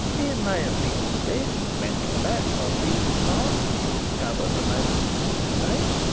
it may have been a slip, a mental lapse on mead's part which he discovered the moment it was too late,